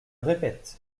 répète